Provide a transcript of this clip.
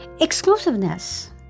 exclusiveness